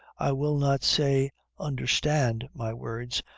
i will not say understand, my words,